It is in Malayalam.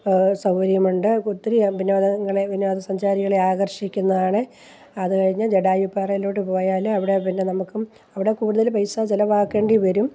സൗകര്യമുണ്ട് ഒത്തിരി പിന്നെ അത് അങ്ങനെ വിനോദ സഞ്ചാരികളെ ആകർഷിക്കുന്നതാണ് അത് കഴിഞ്ഞാൽ ജടായുപ്പാറയിലോട്ട് പോയാൽ അവിടെ പിന്നെ നമുക്കും അവിടെ കൂടുതൽ പൈസ ചെലവാക്കേണ്ടി വരും